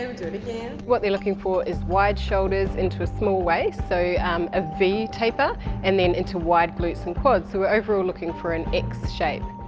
do do it again. what they're looking for is wide shoulders into a small waist. so um a v taper and then into wide glutes and quads. so we're overall looking for an x shape.